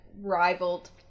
rivaled